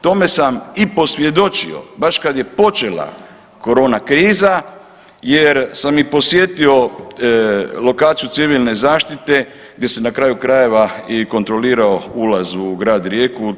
Tome sam i posvjedočio baš kad je počela corona kriza jer sam i podsjetio lokaciju civilne zaštite gdje se na kraju krajeva i kontrolirao ulaz u grad Rijeku.